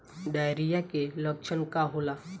Diarrhoea के लक्षण का होला?